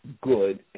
good